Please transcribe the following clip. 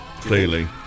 clearly